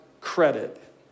credit